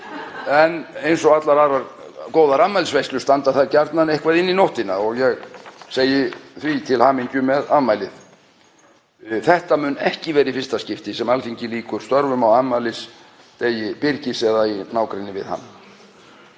í gær, en allar góðar afmælisveislur standa gjarnan eitthvað inn í nóttina og ég óska honum því til hamingju með afmælið. Þetta mun ekki vera í fyrsta skipti sem Alþingi lýkur störfum á afmælisdegi Birgis eða í nágrenni við hann.